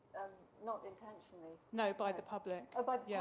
not intentionally no, by the public. but yeah